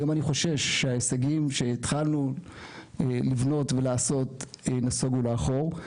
היום אני חושש שההישגים שהתחלנו לבנות ולעשות נסוגו לאחור.